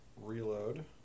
Reload